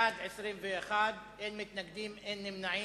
בעד, 21, אין מתנגדים, אין נמנעים,